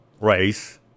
race